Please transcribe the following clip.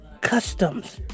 customs